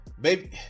baby